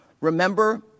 Remember